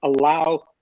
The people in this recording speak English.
allow